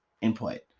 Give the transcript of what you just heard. input